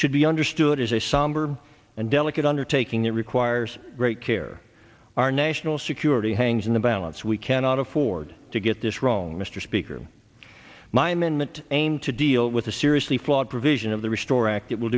should be understood as a somber and delicate undertaking that requires great care our national security hangs in the balance we cannot afford to get this wrong mr speaker my imminent aim to deal with a seriously flawed provision of the restore act it will